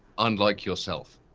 unlike yourself.